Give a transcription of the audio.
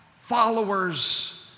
followers